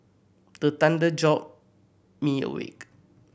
the thunder jolt me awake